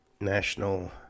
National